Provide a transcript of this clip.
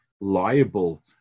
liable